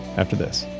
after this